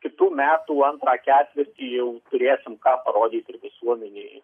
kitų metų antrą ketvirtį jau turėsim ką parodyt ir visuomenei